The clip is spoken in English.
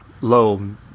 low